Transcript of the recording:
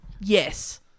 Yes